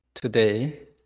Today